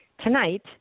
Tonight